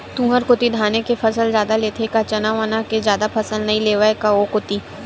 तुंहर कोती धाने के फसल जादा लेथे का चना वना के जादा फसल नइ लेवय का ओ कोती?